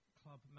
club